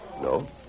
No